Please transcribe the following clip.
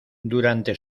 durante